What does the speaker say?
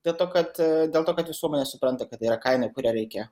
dėl to kad dėl to kad visuomenė supranta kad tai yra kaina kurią reikia